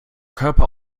körper